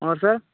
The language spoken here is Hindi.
और सर